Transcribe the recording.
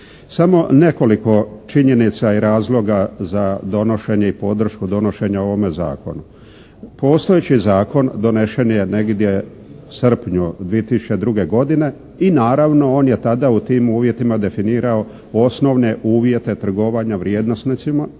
Samo nekoliko činjenica i razloga za donošenje i podršku donošenja ovome zakonu. Postojeći zakon donesen je negdje u srpnju 2002. godine i naravno on je tada u tim uvjetima definirao osnovne uvjete trgovanja vrijednosnicama